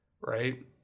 right